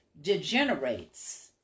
degenerates